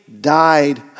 died